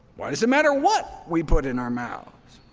why does it matter what we put in our mouths?